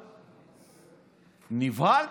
נבהלת?